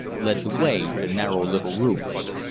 led the way to narrow little rooms.